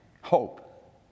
hope